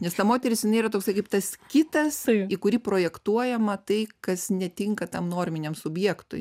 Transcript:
nes ta moteris jinai yra toksai kaip tas kitas į kurį projektuojama tai kas netinka tam norminiam subjektui